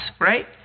right